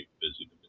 busy